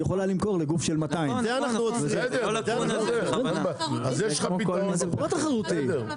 יכולה למכור לגוף של 200. יש לך פתרון בחוק.